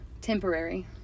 temporary